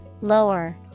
Lower